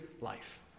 life